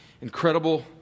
incredible